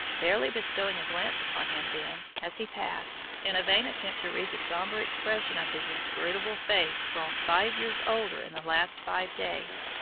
barely bestowing a glance upon him, then, as he passed, in a vain attempt to read the sombre expression of his inscrutable face grown five years older in the last five days,